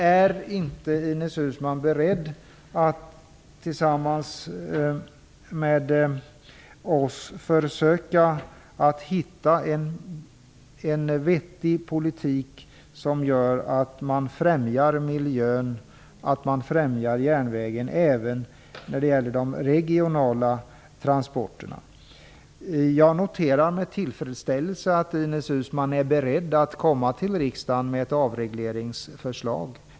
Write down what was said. Är inte Ines Uusmann beredd att tillsammans med oss försöka att hitta en vettig politik som gör att man främjar miljön och järnvägen även när det gäller de regionala transporterna? Jag noterar med tillfredsställelse att Ines Uusmann är beredd att komma till riksdagen med ett avregleringsförslag.